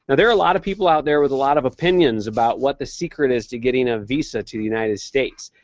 and there are a lot of people out there with a lot of opinions about what the secret is to getting a visa to the united states.